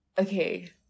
Okay